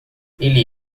ele